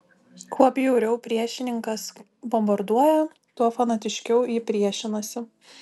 kuo bjauriau priešininkas bombarduoja tuo fanatiškiau ji priešinasi